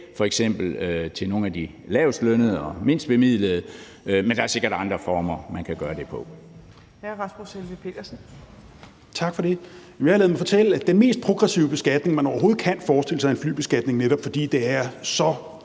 f.eks. til nogle af de lavestlønnede og mindst bemidlede – men der er sikkert andre måder, man kan gøre det på.